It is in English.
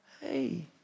Hey